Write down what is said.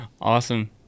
Awesome